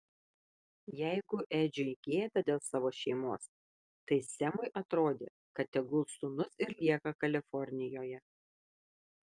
jeigu edžiui gėda dėl savo šeimos tai semui atrodė kad tegul sūnus ir lieka kalifornijoje